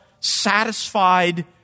satisfied